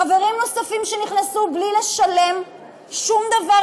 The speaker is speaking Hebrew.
חברים נוספים שנכנסו בלי לשלם שום דבר